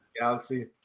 Galaxy